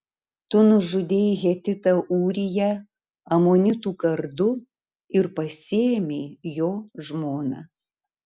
tu nužudei hetitą ūriją amonitų kardu ir pasiėmei jo žmoną